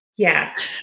Yes